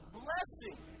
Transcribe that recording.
blessing